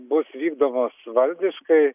bus vykdomos valdiškai